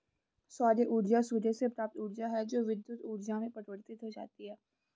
सौर ऊर्जा सूर्य से प्राप्त ऊर्जा है जो विद्युत ऊर्जा में परिवर्तित हो जाती है